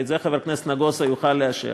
ואת זה חבר הכנסת נגוסה יוכל לאשר,